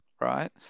right